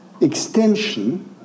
extension